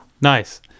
Nice